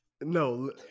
no